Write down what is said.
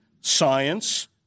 science